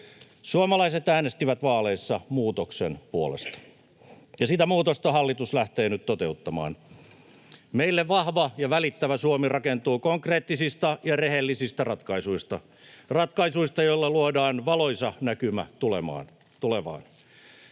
Suomalaiset äänestivät vaaleissa muutoksen puolesta, ja sitä muutosta hallitus lähtee nyt toteuttamaan. Meille vahva ja välittävä Suomi rakentuu konkreettisista ja rehellisistä ratkaisuista — ratkaisuista, joilla luodaan valoisa näkymä tulevaan.